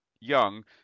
Young